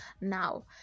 Now